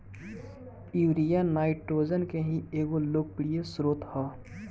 urea nitrogen के ही एगो लोकप्रिय स्रोत ह